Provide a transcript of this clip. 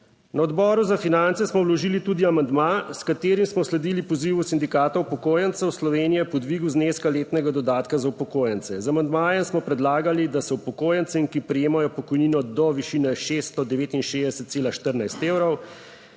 Na Odboru za finance smo vložili tudi amandma, s katerim smo sledili pozivu Sindikata upokojencev Slovenije po dvigu zneska letnega dodatka za upokojence. Z amandmajem smo predlagali, da se upokojencem, ki prejemajo pokojnino do višine 669,14 evrov,